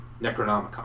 Necronomicon